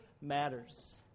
matters